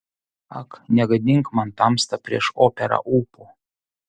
ak negadink man tamsta prieš operą ūpo